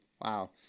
wow